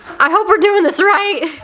i hope we're doing this right.